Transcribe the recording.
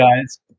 guys